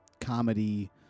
comedy